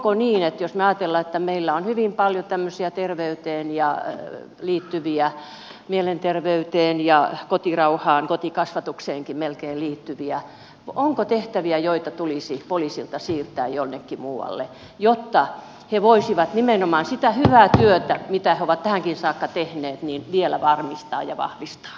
jos me ajattelemme että meillä on hyvin paljon tämmöisiä terveyteen liittyviä mielenterveyteen ja kotirauhaan melkein kotikasvatukseenkin liittyviä niin onko tehtäviä joita tulisi poliiseilta siirtää jonnekin muualle jotta he voisivat nimenomaan sitä hyvää työtä mitä he ovat tähänkin saakka tehneet vielä varmistaa ja vahvistaa